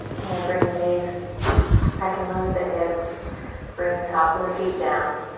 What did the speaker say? and we'll bring the knees back in line with the hips bring the tops of the feet down,